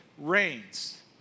Rains